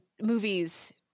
movies